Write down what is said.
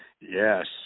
Yes